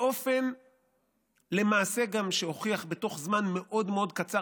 באופן שלמעשה גם הוכיח בתוך זמן מאוד מאוד קצר